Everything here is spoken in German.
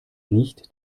nicht